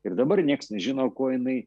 ir dabar nieks nežino kuo jinai